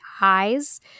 eyes